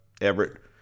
Everett